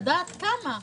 לדעת כמה.